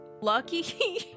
lucky